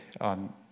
on